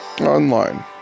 online